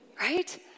Right